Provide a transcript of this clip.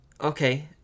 Okay